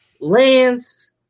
Lance